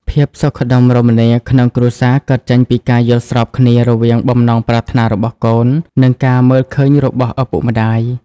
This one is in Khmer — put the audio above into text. ភាពសុខដុមរមនាក្នុងគ្រួសារកើតចេញពីការយល់ស្របគ្នា រវាងបំណងប្រាថ្នារបស់កូន និងការមើលឃើញរបស់ឪពុកម្ដាយ។